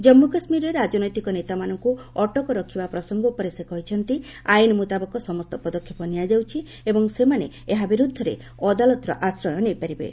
ଜାଞ୍ଗୁ କାଶ୍ମୀରରେ ରାଜନୈତିକ ନେତାମାନଙ୍କୁ ଅଟକ ରଖିବା ପ୍ରସଙ୍ଗ ଉପରେ ସେ କହିଛନ୍ତି ଆଇନ ମୁତାବକ ସମସ୍ତ ପଦକ୍ଷେପ ନିଆଯାଉଛି ଏବଂ ସେମାନେ ଏହା ବିରୁଦ୍ଧରେ ଅଦାଲତର ଆଶ୍ରୟ ନେଇପାରିବେ